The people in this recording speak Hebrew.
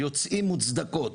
יוצאות מוצדקות.